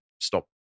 stop